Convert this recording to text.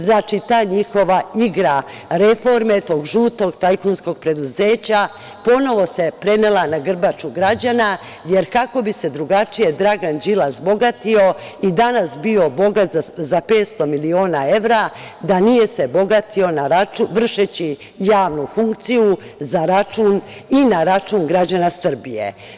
Znači, ta njihova igra reforme, tog žutog tajkunskog preduzeća ponovo se prenela na grbaču građana, jer kako bi se drugačije Dragan Đilas bogatio i danas bio bogat za 500 miliona evra da se nije bogatio vršeći javnu funkciju za račun i na račun građana Srbije.